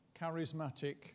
Charismatic